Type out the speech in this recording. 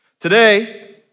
Today